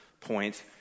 point